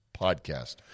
podcast